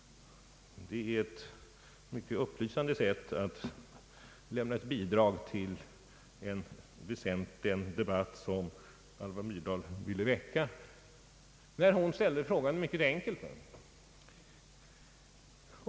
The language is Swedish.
Det är ett verkligt upplysande sätt att lämna ett bidrag till den debatt Alva Myrdal ville väcka, när hon ställde frågan mycket enkelt.